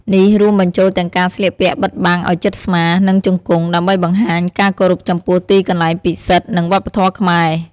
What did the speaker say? នេះរួមបញ្ចូលទាំងការស្លៀកពាក់បិទបាំងឲ្យជិតស្មា និងជង្គង់ ដើម្បីបង្ហាញការគោរពចំពោះទីកន្លែងពិសិដ្ឋ និងវប្បធម៌ខ្មែរ។